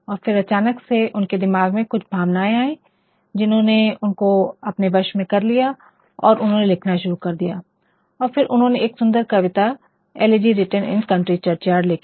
और फिर अचानक से उनके दिमाग में कुछ भावनाएं आए जिन्होंने उनको अपने वश में कर लिया और उन्होंने लिखना शुरु कर दिया और फिर उन्होंने यह सुंदर कविता "elegy written in a country churchyard "लिखी